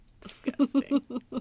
Disgusting